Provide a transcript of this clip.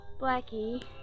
Blackie